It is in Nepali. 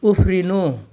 उफ्रिनु